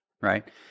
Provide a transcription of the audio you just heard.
right